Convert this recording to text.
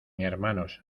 hermanos